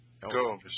Go